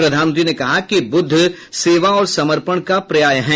प्रधानमंत्री ने कहा कि बुद्ध सेवा और समर्पण का पर्याय है